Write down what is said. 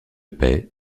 paix